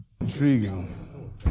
Intriguing